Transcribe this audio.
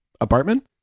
apartment